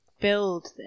build